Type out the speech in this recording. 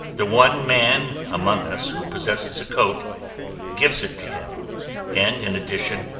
the one man among us who possesses a coat gives it to him and, in addition,